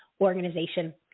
organization